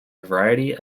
variety